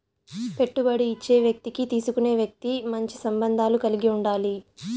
పెట్టుబడి ఇచ్చే వ్యక్తికి తీసుకునే వ్యక్తి మంచి సంబంధాలు కలిగి ఉండాలి